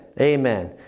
Amen